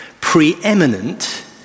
preeminent